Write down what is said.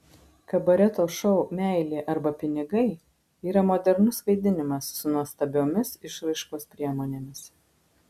kabareto šou meilė arba pinigai yra modernus vaidinimas su nuostabiomis išraiškos priemonėmis